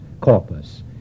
corpus